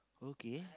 okay